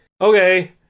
okay